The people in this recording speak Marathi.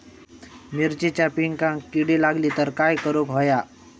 मिरचीच्या पिकांक कीड लागली तर काय करुक होया?